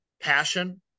passion